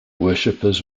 worshippers